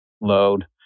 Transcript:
load